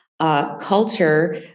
Culture